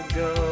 go